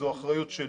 זו אחריות שלי,